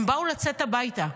הם באו לצאת הביתה.